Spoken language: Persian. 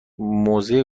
موزه